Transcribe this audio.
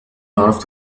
عرفت